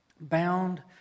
bound